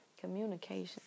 communication